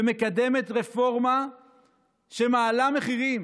ומקדמת רפורמה שמעלה מחירים